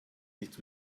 nicht